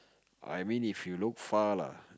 I mean if you look far lah